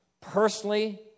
personally